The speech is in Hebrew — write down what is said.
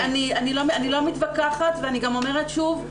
אני לא מתווכחת ואני גם אומרת שוב,